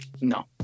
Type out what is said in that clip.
No